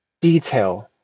detail